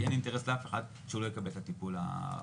כי אין אינטרס לאף אחד שהוא לא יקבל את הטיפול הראוי,